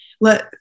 let